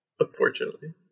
Unfortunately